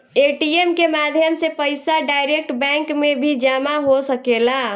ATM के माध्यम से पईसा डायरेक्ट बैंक में भी जामा हो सकेला